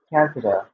Canada